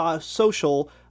social